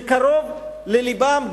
זה קרוב ללבם,